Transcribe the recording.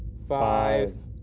five.